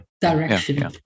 direction